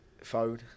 Phone